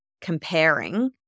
comparing